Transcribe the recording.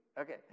Okay